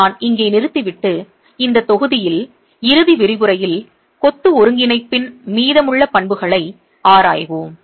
நான் இங்கே நிறுத்திவிட்டு இந்த தொகுதியில் இறுதி விரிவுரையில் கொத்து ஒருங்கிணைப்பின் மீதமுள்ள பண்புகளை ஆராய்வோம்